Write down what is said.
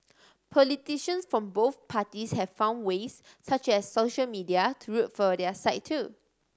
politicians from both parties have found ways such as social media to root for their side too